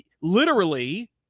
literally-